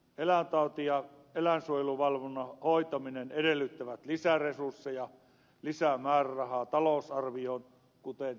eläintauti ja eläinsuojeluvalvonnan hoitaminen edellyttävät lisäresursseja lisää määrärahaa talousarvioon kuten ed